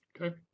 Okay